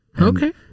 Okay